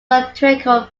satirical